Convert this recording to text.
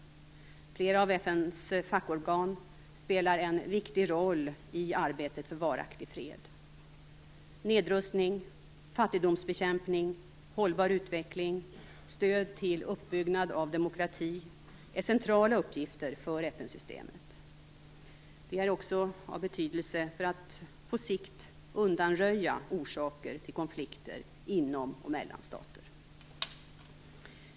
Flera av FN:s fackorgan spelar en viktig roll i arbetet för varaktig fred. Nedrustning, fattigdomsbekämpning, hållbar utveckling och stöd till uppbyggnad av demokrati är centrala uppgifter för FN-systemet. De är också av betydelse för att på sikt undanröja orsaker till konflikter inom och mellan stater.